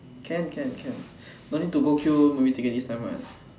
can can can but need to go queue for me to get this time right